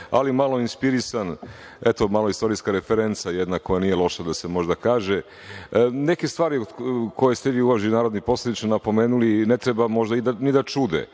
ali malo inspirisan, eto, malo istorijska referenca jedna koja nije loša da se možda kaže. Neke stvari koje ste vi uvaženi narodni poslaniče napomenuli ne treba možda ni da čude.